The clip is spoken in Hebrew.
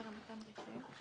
מאוד בקצרה,